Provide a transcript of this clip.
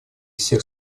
всех